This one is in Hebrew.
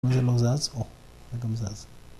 וזה לא זז, או.. זה גם זז.